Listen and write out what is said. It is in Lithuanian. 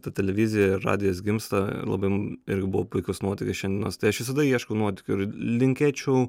ta televizija ir radijas gimsta labai irgi buvo puikios nuotaikos šiandienos tai aš visada ieškau nuotykių ir linkėčiau